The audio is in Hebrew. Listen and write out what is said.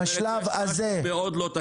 בשלב הזה ----- -משהו מאוד לא תקין.